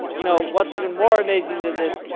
you know what's even more amazing than this